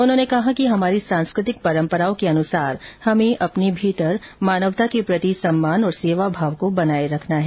उन्होंने कहा कि हमारी सांस्कृतिक परम्पराओं के अनुसार हमें अपने भीतर मानवता के प्रति सम्मान और सेवाभाव को बनाए रखना है